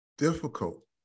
difficult